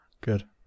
Good